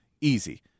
easy